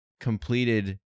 completed